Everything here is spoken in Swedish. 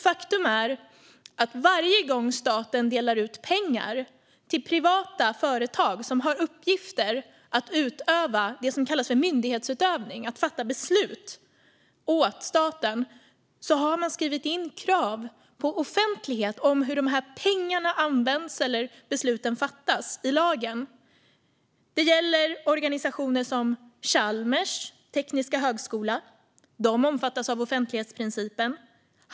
Faktum är att varje gång staten delar ut pengar till privata företag som har myndighetsutövning som uppgift, alltså att fatta beslut åt staten, skriver man in krav i lagen på offentlighet om hur pengarna används eller besluten fattas. Det gäller organisationer som Chalmers tekniska högskola. Den omfattas av offentlighetsprincipen.